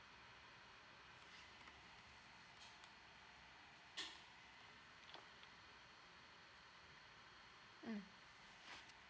mm